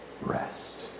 rest